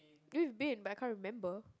we've been but I can't remember